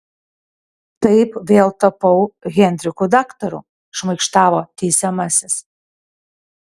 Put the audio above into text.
taip vėl tapau henriku daktaru šmaikštavo teisiamasis